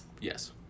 Yes